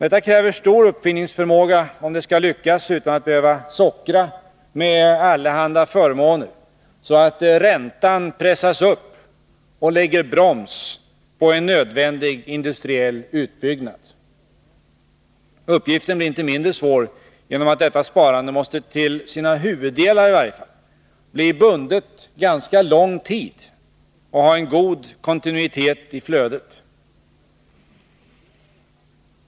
Detta kräver stor uppfinningsförmåga om det skall lyckas utan att man behöver sockra med allehanda förmåner, så att räntan pressas upp och lägger broms på en nödvändig industriell utbyggnad. Uppgiften blir inte mindre svår genom att detta sparande måste, i varje fall till sina huvuddelar, bli bundet ganska lång tid och ha en god kontinuitet i flödet.